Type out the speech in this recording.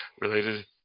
related